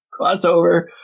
Crossover